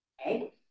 Okay